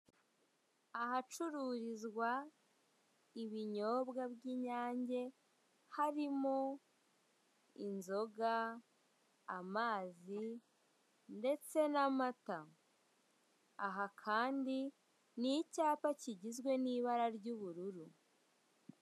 Ahacururizwa ibinyobwa by'Inyange harimo inzoga, amazi ndetse n'amata. Aha kandi ni icyapa kigizwe n'ibara ry'ubururu.